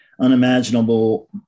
unimaginable